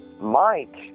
Mike